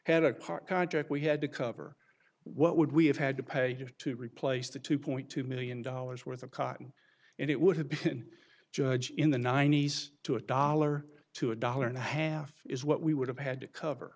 car contract we had to cover what would we have had to pay to replace the two point two million dollars worth of cotton and it would have been judge in the ninety's to a dollar to a dollar and a half is what we would have had to cover